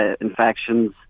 infections